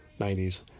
90s